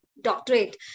doctorate